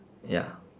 ya